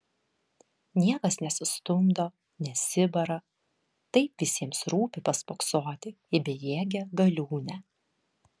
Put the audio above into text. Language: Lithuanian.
niekas nesistumdo nesibara taip visiems rūpi paspoksoti į bejėgę galiūnę